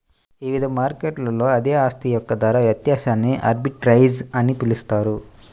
వివిధ మార్కెట్లలో అదే ఆస్తి యొక్క ధర వ్యత్యాసాన్ని ఆర్బిట్రేజ్ అని పిలుస్తారు